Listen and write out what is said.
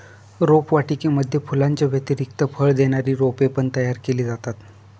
रोपवाटिकेमध्ये फुलांच्या व्यतिरिक्त फळ देणारी रोपे पण तयार केली जातात